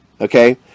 Okay